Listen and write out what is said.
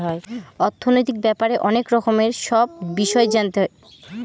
অর্থনৈতিক ব্যাপারে অনেক রকমের সব বিষয় জানতে হয়